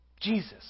Jesus